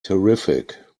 terrific